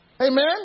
Amen